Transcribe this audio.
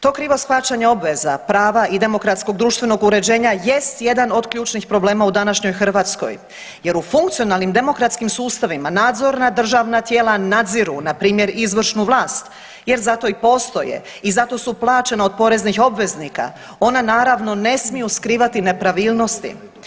To krivo shvaćanje obveza, prava i demokratskog društvenog uređenja jest jedan od ključnih problema u današnjoj Hrvatskoj jer u funkcionalnim demokratskim sustavima nadzorna državna tijela nadziru npr. izvršnu vlast, jer zato i postoje i zato su plaćeni od poreznih obveznika, ona naravno ne smiju skrivati nepravilnosti.